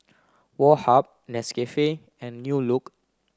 Woh Hup Nescafe and New Look